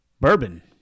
bourbon